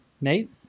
nate